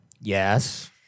Yes